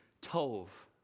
Tov